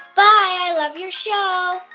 but i love your show